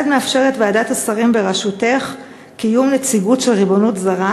4. כיצד מאפשרת ועדת השרים בראשותך קיום נציגות של ריבונות זרה,